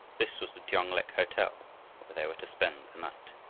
this was the tiong-lek hotel where they were to spend the night.